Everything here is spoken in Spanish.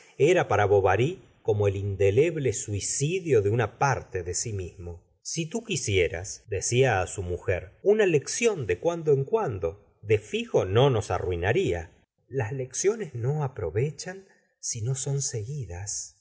era para bovary como el indefinible suicidio de una parte de si mismo si tú quisieras decía á su mujer una lección de cuando en cuando de fijo no nos arruinaría las lecciones no aprovechan si no son seguidas le